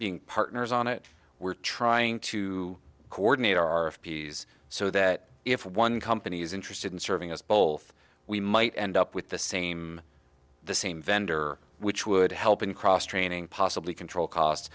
being partners on it we're trying to coordinate our p s so that if one company is interested in serving us both we might end up with the same the same vendor which would help in cross training possibly control costs